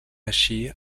així